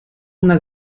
una